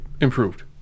improved